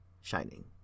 shining